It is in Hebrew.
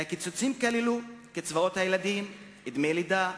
בקיצוצים נכללו קצבאות ילדים, דמי לידה,